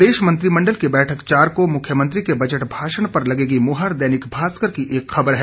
प्रदेश मंत्रिमण्डल की बैठक चार को मुख्यमंत्री के बजट भाषण पर लगेगी मुहर दैनिक भास्कर की खबर है